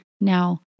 Now